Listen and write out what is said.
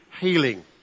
healing